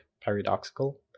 paradoxical